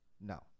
No